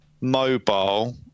mobile